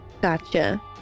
gotcha